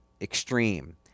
extreme